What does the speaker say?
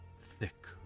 thick